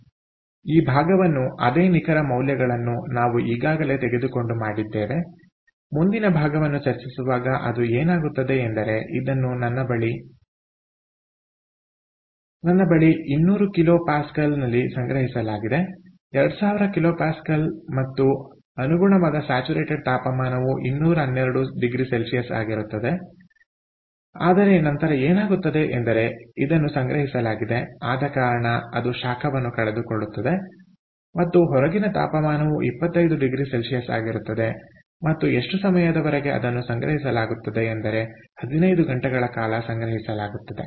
ಆದ್ದರಿಂದ ಈ ಭಾಗವನ್ನು ಅದೇ ನಿಖರ ಮೌಲ್ಯಗಳನ್ನು ನಾವು ಈಗಾಗಲೇ ತೆಗೆದುಕೊಂಡು ಮಾಡಿದ್ದೇವೆಮುಂದಿನ ಭಾಗವನ್ನು ಚರ್ಚಿಸುವಾಗ ಅದು ಏನಾಗುತ್ತದೆ ಎಂದರೆ ಇದನ್ನು ನನ್ನ ಬಳಿ 200 ಕಿಲೋ ಪ್ಯಾಸ್ಕಲ್ನಲ್ಲಿ ಸಂಗ್ರಹಿಸಲಾಗಿದೆ 2000 ಕಿಲೋ ಪ್ಯಾಸ್ಕಲ್ಸ್ ಮತ್ತು ಅನುಗುಣವಾದ ಸ್ಯಾಚುರೇಟೆಡ್ ತಾಪಮಾನವು 212oC ಆಗಿರುತ್ತದೆ ಆದರೆ ನಂತರ ಏನಾಗುತ್ತದೆ ಎಂದರೆ ಇದನ್ನು ಸಂಗ್ರಹಿಸಲಾಗಿದೆ ಆದ ಕಾರಣ ಅದು ಶಾಖವನ್ನು ಕಳೆದುಕೊಳ್ಳುತ್ತದೆ ಮತ್ತು ಹೊರಗಿನ ತಾಪಮಾನವು 25oC ಆಗಿರುತ್ತದೆ ಮತ್ತು ಎಷ್ಟು ಸಮಯದವರೆಗೆ ಅದನ್ನು ಸಂಗ್ರಹಿಸಲಾಗುತ್ತದೆ ಎಂದರೆ15 ಗಂಟೆಗಳ ಕಾಲ ಸಂಗ್ರಹಿಸಲಾಗುತ್ತದೆ